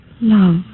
love